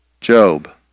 Job